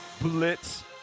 blitz